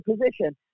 position